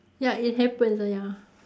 ya it happens ah ya